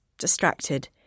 distracted